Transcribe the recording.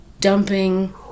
dumping